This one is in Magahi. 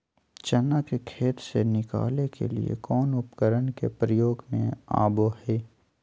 चना के खेत से निकाले के लिए कौन उपकरण के प्रयोग में आबो है?